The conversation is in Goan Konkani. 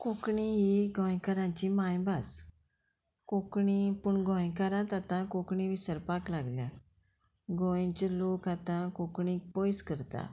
कोंकणी ही गोंयकारांची मायभास कोंकणी पूण गोंयकारांत आतां कोंकणी विसरपाक लागल्या गोंयचे लोक आतां कोंकणीक पयस करता